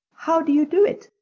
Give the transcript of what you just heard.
how do you do it?